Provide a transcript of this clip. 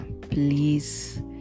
please